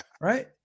Right